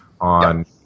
on